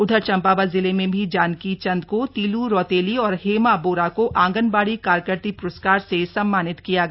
उधर चम्पावत जिले में भी जानकी चंद को तीलू रौतेली और हेमा बोरा को आंगनबाड़ी कार्यकत्री पुरस्कार से सम्मानित किया गया